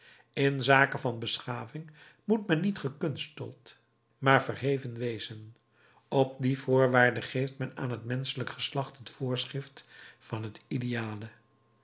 in zake van beschaving moet men niet gekunsteld maar verheven wezen op die voorwaarde geeft men aan het menschelijk geslacht het voorschrift van het ideale